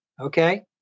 okay